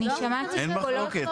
זה לא דבר שהוא ברור?